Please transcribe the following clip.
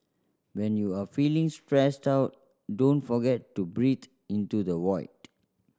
when you are feeling stressed out don't forget to breathe into the void